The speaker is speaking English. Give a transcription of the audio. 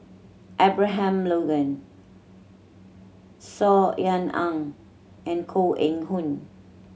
Abraham Logan Saw Ean Ang and Koh Eng Hoon